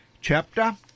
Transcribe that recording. chapter